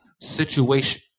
situation